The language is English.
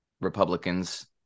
Republicans